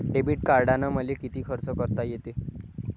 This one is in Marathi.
डेबिट कार्डानं मले किती खर्च करता येते?